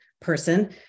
person